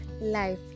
life